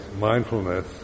mindfulness